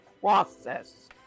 process